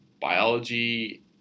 biology